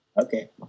Okay